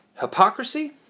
hypocrisy